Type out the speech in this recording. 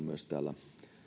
myös ministeri haatainen on